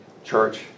church